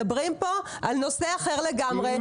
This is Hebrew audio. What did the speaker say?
מדברים פה על נושא אחר לגמרי,